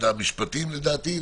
ומשרד המשפטים לדעתי.